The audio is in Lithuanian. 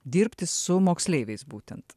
dirbti su moksleiviais būtent